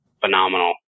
phenomenal